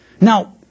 Now